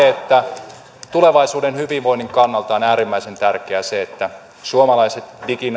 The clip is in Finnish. että kun tulevaisuuden hyvinvoinnin kannalta on äärimmäisen tärkeää se että suomalaiset